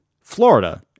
Florida